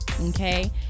okay